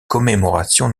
commémorations